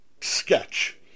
sketch